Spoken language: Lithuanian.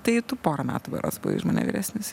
tai tu pora metų berods už mane vyresnis